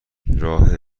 راه